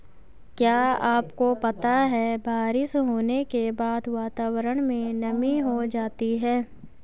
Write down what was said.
क्या आपको पता है बारिश होने के बाद वातावरण में नमी हो जाती है?